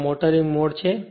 અને આ motoring mode છે